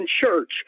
church